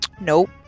Nope